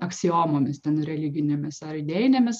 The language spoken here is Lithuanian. aksiomomis ten religinėmis ar idėjinėmis